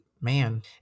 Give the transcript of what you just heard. man